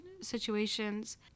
situations